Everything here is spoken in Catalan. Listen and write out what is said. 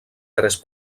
tres